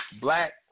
black